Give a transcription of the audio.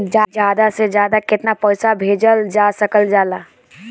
ज्यादा से ज्यादा केताना पैसा भेजल जा सकल जाला?